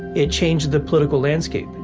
it changed the political landscape,